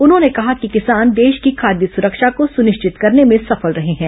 उन्होंने कहा कि किसान देश की खाद्य सुरक्षा को सुनिश्चित करने में सफल रहे हैं